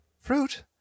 Fruit